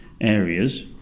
areas